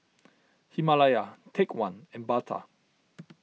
Himalaya Take one and Bata